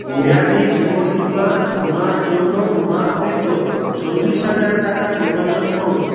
মেয়াদি জীবন বিমা বিমার জন্য বিমাকৃত চল্লিশ হাজার টাকা নির্বাচন করুন